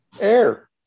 air